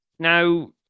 Now